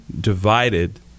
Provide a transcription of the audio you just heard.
divided